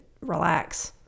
relax